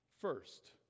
First